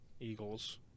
Eagles